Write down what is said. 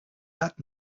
that